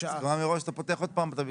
הסכמה מראש אתה פותח עוד פעם את הוויכוח.